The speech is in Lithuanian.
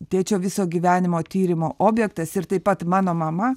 tėčio viso gyvenimo tyrimo objektas ir taip pat mano mama